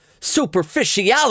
superficiality